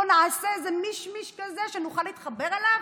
בוא נעשה היה איזה מישמש כזה שנוכל להתחבר אליו,